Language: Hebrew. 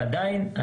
עדיין,